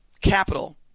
capital